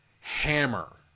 hammer